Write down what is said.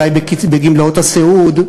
אולי בגמלאות הסיעוד,